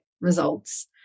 results